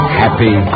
happy